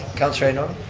councilor ioannoni?